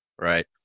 right